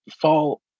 fall